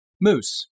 Moose